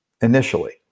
initially